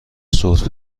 سرفه